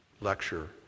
lecture